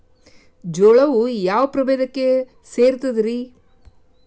ಜೋಳವು ಯಾವ ಪ್ರಭೇದಕ್ಕ ಸೇರ್ತದ ರೇ?